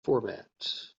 format